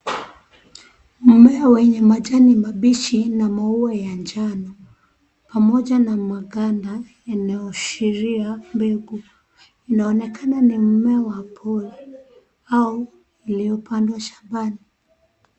Mmea wenye majani mabichi na maua ya njano, pamoja na maganda yanayoashiria mbegu. Inaonekana ni mmea wa pori au uliopandwa shambani.